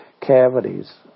cavities